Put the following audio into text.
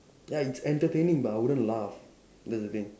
ya it's entertaining but I wouldn't laugh that's the thing